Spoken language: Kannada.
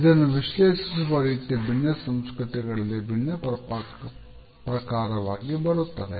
ಇದನ್ನು ವಿಶ್ಲೇಷಿಸುವ ರೀತಿ ಭಿನ್ನ ಸಂಸ್ಕೃತಿಗಳಲ್ಲಿ ಭಿನ್ನ ಪ್ರಕಾರವಾಗಿ ಬರುತ್ತದೆ